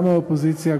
גם מהאופוזיציה,